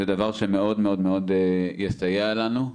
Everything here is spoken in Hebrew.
זה דבר שמאוד מאוד יסייע לנו.